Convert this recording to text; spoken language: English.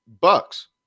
Bucks